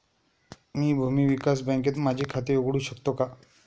मी भूमी विकास बँकेत माझे खाते उघडू शकतो का?